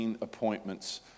appointments